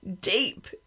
deep